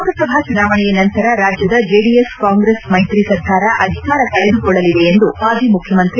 ಲೋಕಸಭಾ ಚುನಾವಣೆಯ ನಂತರ ರಾಜ್ಯದ ಜೆಡಿಎಸ್ ಕಾಂಗ್ರೆಸ್ ಮೈತ್ರಿ ಸರ್ಕಾರ ಅಧಿಕಾರ ಕಳೆದುಕೊಳ್ಳಲಿದೆ ಎಂದು ಮಾಜಿ ಮುಖ್ಯಮಂತ್ರಿ